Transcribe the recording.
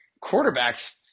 quarterbacks